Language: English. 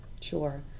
Sure